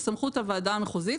בסמכות הוועדה המחוזית.